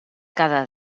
cada